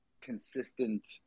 consistent